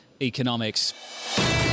Economics